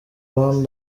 one